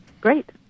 great